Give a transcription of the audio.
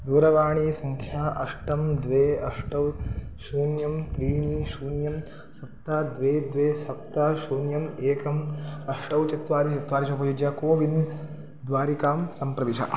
दूरवाणीसङ्ख्या अष्ट द्वे अष्टौ शून्यं त्रीणि शून्यं सप्त द्वे द्वे सप्त शून्यम् एकम् अष्टौ चत्वारि चत्वारि च उपयुज्य कोविन् द्वारिकां सम्प्रविश